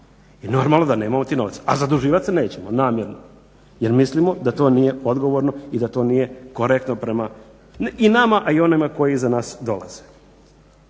I normalno da nemamo tih novaca, a zaduživat se nećemo namjerno, jer mislimo da to nije odgovorno i da to nije korektno prema i nama a i onima koji iza nas dolaze.